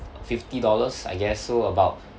fifty dollars I guess so about